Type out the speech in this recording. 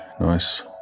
nice